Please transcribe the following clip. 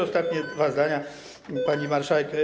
Ostatnie dwa zdania, pani marszałek.